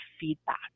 feedback